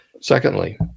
Secondly